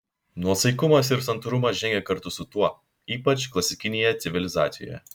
nuosaikumas ir santūrumas žengė kartu su tuo ypač klasikinėje civilizacijoje